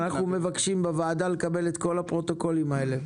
אנחנו מבקשים בוועדה לקבל את כל הפרוטוקולים האלה.